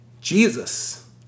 Jesus